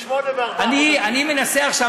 נכון.